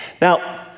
Now